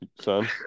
son